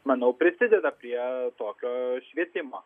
manau prisideda prie tokio švietimo